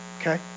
okay